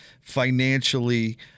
financially